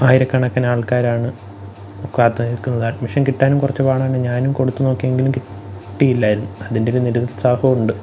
ആയിരക്കണക്കിനാൾക്കാരാണ് കാത്തുനില്ക്കുന്നത് അഡ്മിഷൻ കിട്ടാനും കുറച്ച് പാടാണ് ഞാനും കൊടുത്തു നോക്കിയെങ്കിലും കിട്ടിയില്ലായിരുന്നു അതിന്റെ ഒരു നിരുത്സാഹവുമുണ്ട്